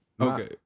Okay